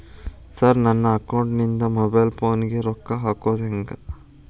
Sir ನನ್ನ ಅಕೌಂಟದಿಂದ mobile ಫೋನಿಗೆ ರೊಕ್ಕ ಹಾಕೋದು ಹೆಂಗ್ರಿ?